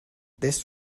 this